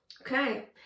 Okay